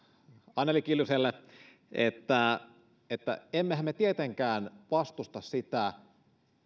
anneli kiljuselle että emmehän me tietenkään vastusta sitä